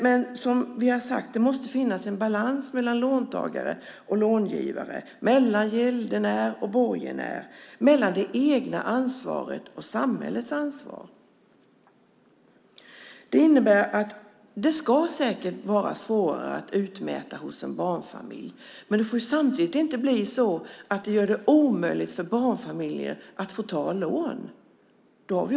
Men, som vi har sagt, det måste finnas en balans mellan låntagare och långivare, mellan gäldenär och borgenär, mellan det egna ansvaret och samhällets ansvar. Det innebär att det säkert ska vara svårare att utmäta hos en barnfamilj, men det får samtidigt inte göra det omöjligt för barnfamiljer att få ta lån.